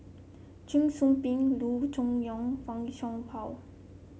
Cheong Soo Pieng Loo Choon Yong Fan Shao Hua